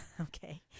Okay